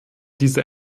dieser